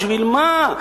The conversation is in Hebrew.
בשביל מה?